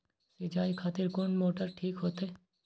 सीचाई खातिर कोन मोटर ठीक होते?